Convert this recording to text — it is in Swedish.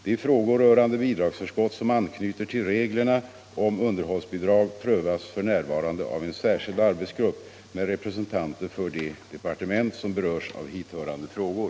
De frågor rörande bidragsförskott som anknyter till reglerna om underhållsbidrag prövas f. n. av en särskild arbetsgrupp med representanter för de departement som berörs av hithörande frågor.